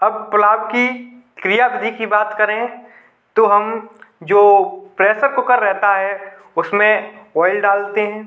अब पुलाव की क्रियाविधि की बात करें तो हम जो प्रेशर कुकर रहता है उसमें ऑयल डालते हैं